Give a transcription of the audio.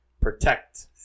protect